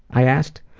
i asked.